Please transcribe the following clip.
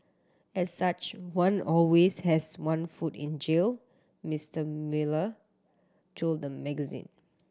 as such one always has one foot in jail Mister Mueller told the magazine